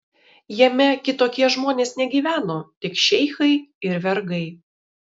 jame kitokie žmonės negyveno tik šeichai ir vergai